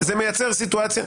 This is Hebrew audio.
זה מייצר סיטואציה,